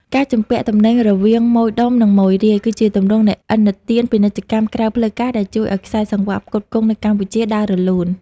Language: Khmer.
ការជំពាក់ទំនិញរវាងម៉ូយដុំ និងម៉ូយរាយ គឺជាទម្រង់នៃឥណទានពាណិជ្ជកម្មក្រៅផ្លូវការដែលជួយឱ្យខ្សែសង្វាក់ផ្គត់ផ្គង់នៅកម្ពុជាដើររលូន។